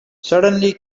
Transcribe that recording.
suddenly